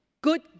good